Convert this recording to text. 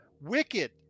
Wicked